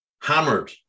Hammered